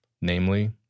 namely